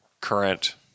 current